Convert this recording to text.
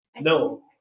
No